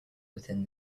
within